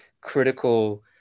critical